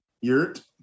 Yurt